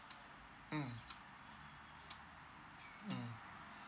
mm mm